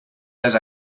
les